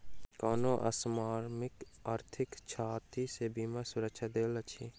कोनो असामयिक आर्थिक क्षति सॅ बीमा सुरक्षा दैत अछि